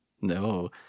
No